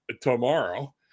tomorrow